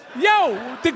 Yo